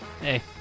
Hey